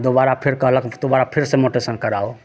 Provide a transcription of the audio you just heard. दोबारा फेर कहलक दोबारा फेरसँ मोटेशन कराबऽ